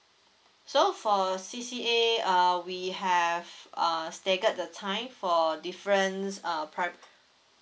so for C_C_A err we have err staggered the time for different err pri~